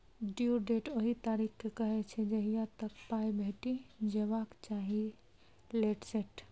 due date ओहि तारीख केँ कहय छै जहिया तक पाइ भेटि जेबाक चाही लेट सेट